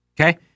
Okay